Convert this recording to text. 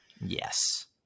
Yes